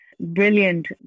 brilliant